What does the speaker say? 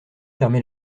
fermer